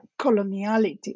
coloniality